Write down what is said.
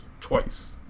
Twice